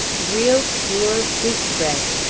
real, pure, wheat bread!